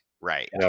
right